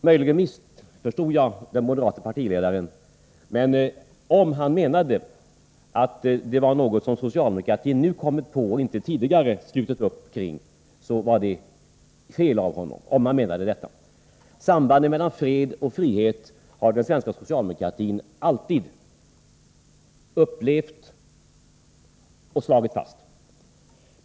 Möjligen missförstod jag den moderate partiledaren, men om han menade att detta var någonting som socialdemokraterna i höstas kommit på och inte tidigare slutit upp kring, var detta en felaktig beskrivning. Sambandet mellan fred och frihet har den svenska socialdemokratin alltid upplevt som väsentligt och slagit fast.